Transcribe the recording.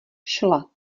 šla